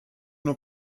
nur